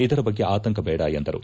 ಇದರ ಬಗ್ಗೆ ಆತಂಕ ಬೇಡ ಎಂದರು